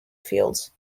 fields